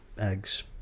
eggs